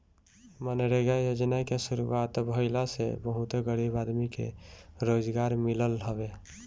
मनरेगा योजना के शुरुआत भईला से बहुते गरीब आदमी के रोजगार मिलल हवे